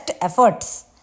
efforts